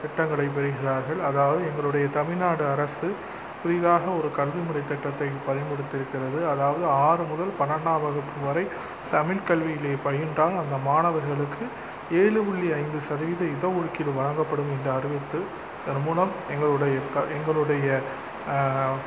திட்டங்களை பெறுகிறார்கள் அதாவது எங்களுடைய தமிழ்நாடு அரசு புதிதாக ஒரு கல்வி முறை திட்டத்தை பரிந்துரைத்திருக்கிறது அதாவது ஆறு முதல் பனினண்டாம் வகுப்பு வரை தமிழ் கல்வியிலே பயின்றால் அந்த மாணவர்களுக்கு ஏழு புள்ளி ஐந்து சதவீத இட ஒதுக்கீடு வழங்கப்படும் என்று அறிவித்து அது மூலம் எங்களுடைய க எங்களுடைய